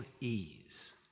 ease